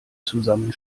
zusammen